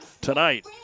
tonight